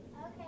Okay